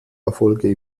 erfolge